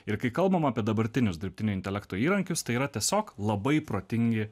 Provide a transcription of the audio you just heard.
ir kai kalbam apie dabartinius dirbtinio intelekto įrankius tai yra tiesiog labai protingi